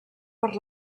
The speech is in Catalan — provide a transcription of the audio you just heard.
per